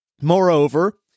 Moreover